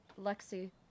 Lexi